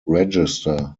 register